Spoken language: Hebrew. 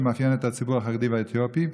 שמאפיין את הציבור החרדי והאתיופי,